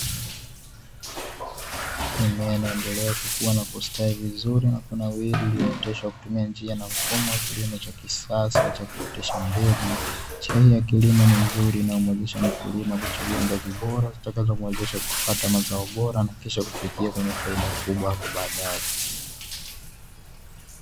Mimea iyoendelea kukua na kustawi vizuri na kunawiri iliyooteshwa kutumia njia na mfumo wa kilimo cha kisasa cha kuotesha mbegu, chai ya kilimo ni nzuri inayomuwezesha mkulima kuchagua mbegu bora zitakazomwezesha kupata mazao bora na kisha kufikia kwenye faida kubwa hapo baadaye.